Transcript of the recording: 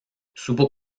supo